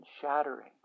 shattering